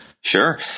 sure